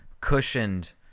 cushioned